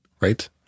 right